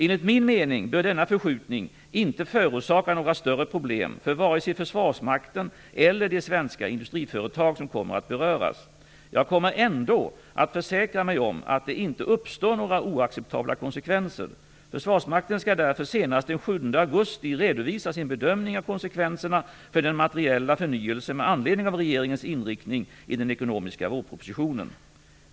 Enligt min mening bör denna förskjutning inte förorsaka några större problem för vare sig Försvarsmakten eller de svenska industriföretag som kommer att beröras. Jag kommer ändå att försäkra mig om att det inte uppstår några oacceptabla konsekvenser. Försvarsmakten skall därför senast den 7 augusti redovisa sin bedömning av konsekvenserna för den materiella förnyelsen med anledning av regeringens inriktning i den ekonomiska vårpropositionen.